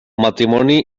matrimoni